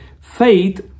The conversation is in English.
Faith